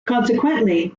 consequently